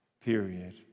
period